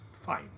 fine